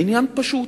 העניין פשוט.